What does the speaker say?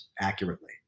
accurately